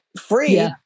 free